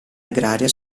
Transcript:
agraria